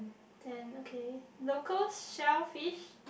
ten okay locals sell fish